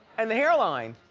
and the hair line.